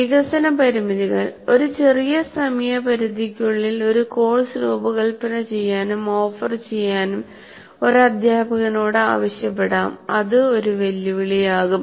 വികസന പരിമിതികൾ ഒരു ചെറിയ സമയ പരിധിക്കുള്ളിൽ ഒരു കോഴ്സ് രൂപകൽപ്പന ചെയ്യാനും ഓഫർ ചെയ്യാനും ഒരു അധ്യാപകനോട് ആവശ്യപ്പെടാം അത് ഒരു വെല്ലുവിളിയാകും